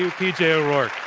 p. j. o'rourke.